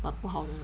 but 不好的